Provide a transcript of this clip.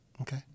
okay